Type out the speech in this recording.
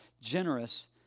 generous